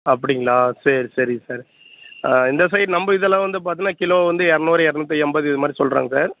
அப்படிங்களா சேரி சரி சார் இந்த சைடு நம்ம இதெல்லாம் வந்து பாத்தோனா கிலோ வந்து இரநூறு இரநூத்தி எண்பது இதுமாதிரி சொல்கிறாங்க சார்